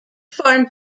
form